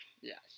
Yes